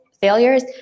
failures